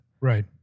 Right